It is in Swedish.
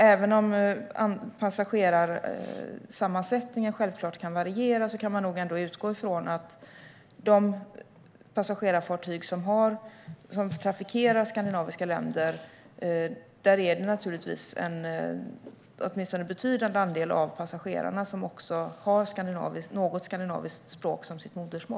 Även om passagerarsammansättningen självklart kan variera kan man utgå från att åtminstone en betydande andel av passagerarna på de passagerarfartyg som trafikerar skandinaviska länder har något skandinaviskt språk som sitt modersmål.